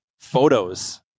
photos